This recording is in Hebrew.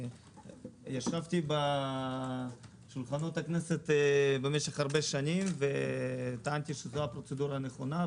ישבתי בשולחנות הכנסת במשך הרבה שנים וטענתי שזאת הפרוצדורה הנכונה,